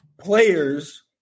players